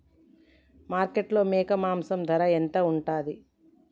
మార్కెట్లో మేక మాంసం ధర ఎంత ఉంటది?